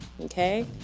okay